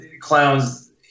clowns